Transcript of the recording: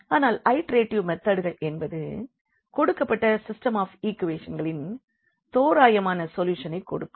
ஆனால் ஐடெரேட்டிவ் மெதட்கள் என்பது கொடுக்கப்பட்ட சிஸ்டெம் ஆப் ஈக்குவேஷனின் தோராயமான சொல்யூஷனை கொடுக்கும்